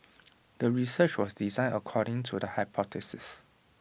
the research was designed according to the hypothesis